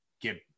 get